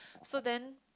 so then